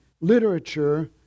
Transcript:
literature